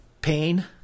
pain